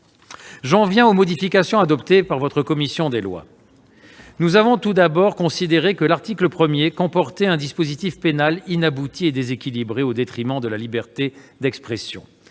J'en viens aux modifications adoptées par la commission des lois. Nous avons tout d'abord considéré que l'article 1 comportait un dispositif pénal inabouti et déséquilibré au détriment de la liberté d'expression.